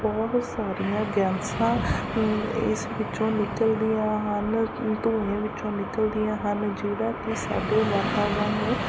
ਬਹੁਤ ਸਾਰੀਆਂ ਗੈਸਾਂ ਇਸ ਵਿੱਚੋਂ ਨਿਕਲਦੀਆਂ ਹਨ ਧੂੰਏਂ ਵਿੱਚੋਂ ਨਿਕਲਦੀਆਂ ਹਨ ਜਿਹੜਾ ਕਿ ਸਾਡੇ ਵਾਤਾਵਰਨ